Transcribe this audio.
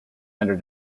under